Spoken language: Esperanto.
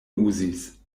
uzis